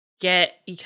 get